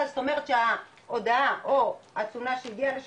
זאת אומרת שההודעה או התלונה שהגיעה לשם,